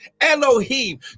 Elohim